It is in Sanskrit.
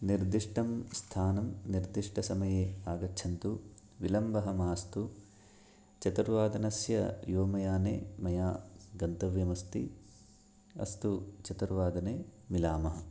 निर्दिष्टं स्थानं निर्दिष्टसमये आगच्छन्तु विलम्बः मास्तु चतुर्वादनस्य व्योमयाने मया गन्तव्यमस्ति अस्तु चतुर्वादने मिलामः